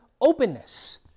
openness